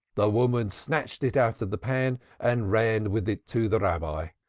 the woman snatched it out of the pan and ran with it to the rabbi.